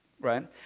right